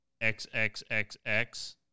XXXX